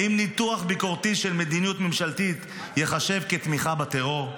האם ניתוח ביקורתי של מדיניות ממשלתית ייחשב לתמיכה בטרור?